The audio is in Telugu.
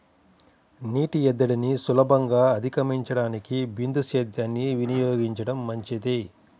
నీటి ఎద్దడిని సులభంగా అధిగమించడానికి బిందు సేద్యాన్ని వినియోగించడం మంచిది